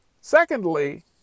Secondly